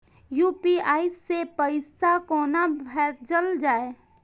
UPI सै पैसा कोना भैजल जाय?